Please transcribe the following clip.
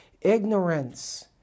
ignorance